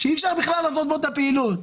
שאי אפשר בכלל לעשות בו פעילות.